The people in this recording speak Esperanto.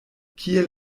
kiel